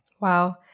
Wow